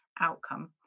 outcome